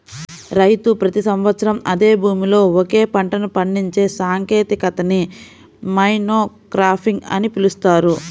రైతు ప్రతి సంవత్సరం అదే భూమిలో ఒకే పంటను పండించే సాంకేతికతని మోనోక్రాపింగ్ అని పిలుస్తారు